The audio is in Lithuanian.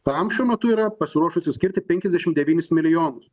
tam šiuo metu yra pasiruošusi skirti penkiasdešimt devynis milijonus